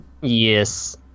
yes